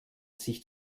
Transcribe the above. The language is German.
sich